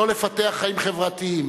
לא לפתח חיים חברתיים,